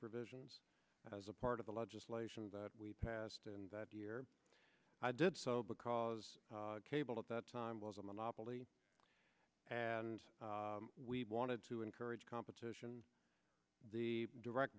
provisions as a part of the legislation that we passed in that year i did so because cable at that time was a monopoly and we wanted to encourage competition the direct